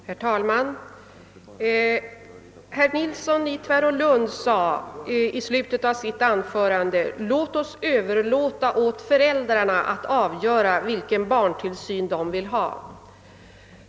Herr talman! Herr Nilsson i Tvärålund sade i slutet av sitt anförande: Låt oss överlåta åt föräldrarna att avgöra vilken barntillsyn de vill ha.